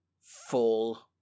full